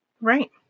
Right